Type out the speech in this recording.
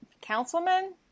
Councilman